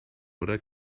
oder